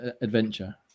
adventure